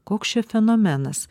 koks čia fenomenas